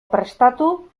prestatu